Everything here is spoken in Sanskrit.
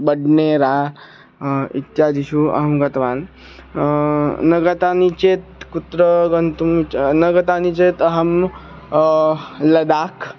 बड्नेरा इत्यादीनि अहं गतवान् न गतानि चेत् कुत्र गन्तुं च न गतानि चेत् अहं लदाक्